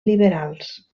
liberals